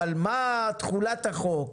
מה תחולת החוק,